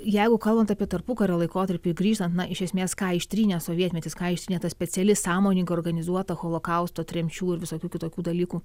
jeigu kalbant apie tarpukario laikotarpį grįžtant na iš esmės ką ištrynė sovietmetis ką ištrynė ta speciali sąmoninga organizuota holokausto tremčių ir visokių kitokių dalykų